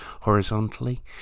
horizontally